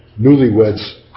newlyweds